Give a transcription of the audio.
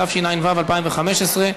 התשע"ו 2015,